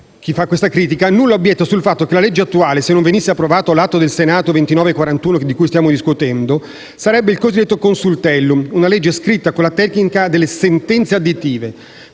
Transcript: chi fa questa critica nulla obietta sul fatto che la legge attuale, se non venisse approvato l'Atto Senato 2941, di cui stiamo discutendo, sarebbe il cosiddetto Consultellum, una legge scritta con la tecnica delle sentenze additive.